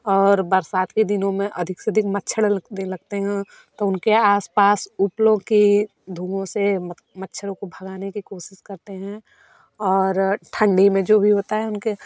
और बरसात के दिनों में अधिक से अधिक मच्छर लगने लगते हैं तो उनके आस पास उपलों के धुओं से मत मच्छरों को भगाने के कोशिश करते हैं और ठण्डी में जो भी होता है उनके